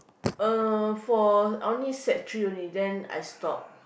uh for only sec-three only then I stop